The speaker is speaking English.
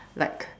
like